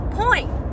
point